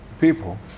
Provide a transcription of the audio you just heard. People